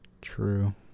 true